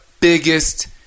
biggest